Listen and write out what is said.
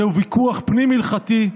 זהו ויכוח פנים-הלכתי,